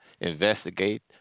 investigate